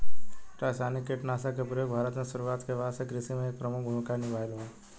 रासायनिक कीटनाशक के प्रयोग भारत में शुरुआत के बाद से कृषि में एक प्रमुख भूमिका निभाइले बा